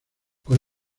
con